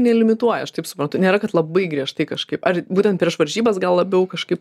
nelimituoja aš taip suprantu nėra kad labai griežtai kažkaip ar būtent prieš varžybas gal labiau kažkaip